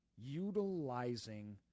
utilizing